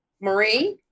Marie